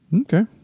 Okay